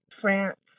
France